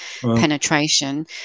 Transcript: penetration